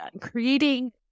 creating